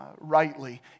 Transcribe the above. rightly